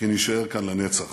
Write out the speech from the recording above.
כי נישאר כאן לנצח.